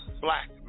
black